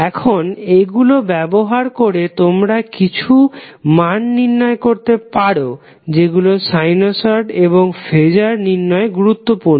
এখন এই গুলো ব্যবহার করে তোমরা কিছু মান নির্ণয় করতে পারো যেগুলি সাইনসড এবং ফেজার নির্ণয়ে গুরুত্বপূর্ণ